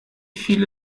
viele